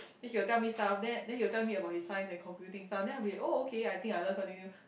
then he'll tell me stuff then then he'll tell me about his Science and Computing stuff then I'll be oh okay I think I learn something new